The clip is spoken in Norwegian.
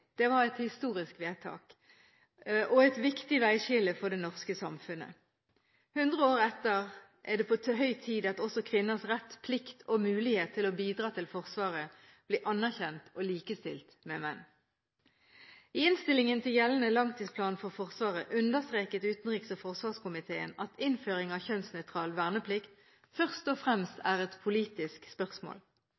Det var et historisk vedtak og et viktig veiskille for det norske samfunnet. 100 år etter er det på høy tid at også kvinners rett, plikt og mulighet til å bidra til Forsvaret blir anerkjent og likestilt med menn. I innstillingen til gjeldende langtidsplan for Forsvaret understreket utenriks- og forsvarskomiteen at innføring av kjønnsnøytral verneplikt først og fremst